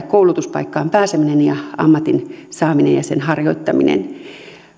koulutuspaikkaan pääseminen ja ammatin saaminen ja sen harjoittaminen